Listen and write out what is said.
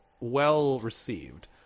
well-received